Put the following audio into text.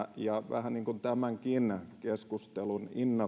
vähän tämänkin keskustelun innoittamana vien